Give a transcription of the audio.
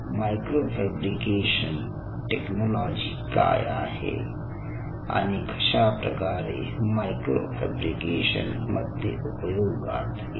micro fabrication technology काय आहे आणि कशाप्रकारे मायक्रो फॅब्रिकेशन मध्ये उपयोगात येते